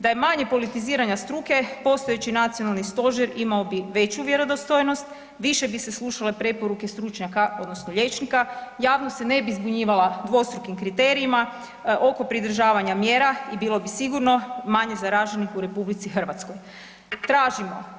Da je manje politiziranja struke postojeći Nacionalni stožer imao bi veću vjerodostojnost, više bi se slušale preporuke stručnjaka odnosno liječnika, javnost se ne bi zbunjivala dvostrukim kriterijima oko pridržavanja mjera i bilo bi sigurno manje zaraženih u Republici Hrvatskoj.